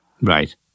Right